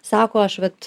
sako aš vat